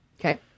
Okay